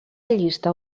llista